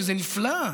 וזה נפלא.